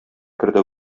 керде